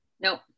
Nope